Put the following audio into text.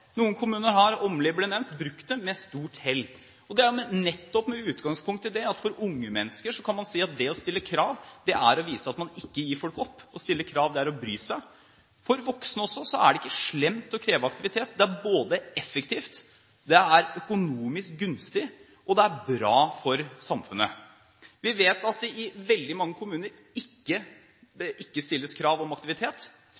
Noen kommuner har – Åmli ble nevnt – brukt det med stort hell. Det er nettopp med utgangspunkt i at når det gjelder unge mennesker, kan man si at det å stille krav er å vise at man ikke gir folk opp. Å stille krav er å bry seg. For voksne er det ikke slemt å kreve aktivitet; det er effektivt, det er økonomisk gunstig, og det er bra for samfunnet. Vi vet at det i veldig mange kommuner ikke